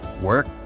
work